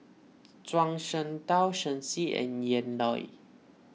Zhuang Shengtao Shen Xi and Ian Loy